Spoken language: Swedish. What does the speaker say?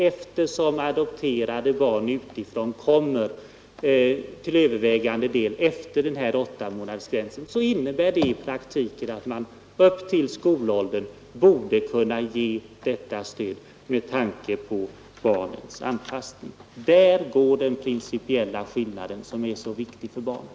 Eftersom utifrån adopterade barn till övervägande del kommer hit efter åttamånadersgränsen, innebär det i praktiken att man med tanke på barnens anpassning borde kunna ge dem detta stöd upp till skolåldern. Där går den principiella skillnaden mellan oss i fråga om detta stöd, som är så viktigt för barnen.